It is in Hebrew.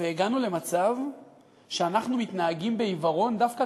שהגענו למצב שאנחנו מתנהגים בעיוורון דווקא